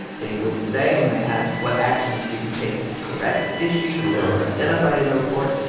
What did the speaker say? they wouldn't say. and when i asked, what actions did you take to correct issues that were identified in the report?